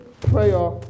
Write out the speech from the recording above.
Prayer